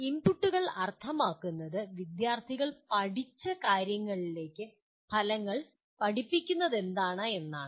ഇൻപുട്ടുകൾ അർത്ഥമാക്കുന്നത് വിദ്യാർത്ഥികൾ പഠിച്ച കാര്യങ്ങളിലേക്ക് ഫലങ്ങൾ പഠിപ്പിക്കുന്നതെന്താണ് എന്നാണ്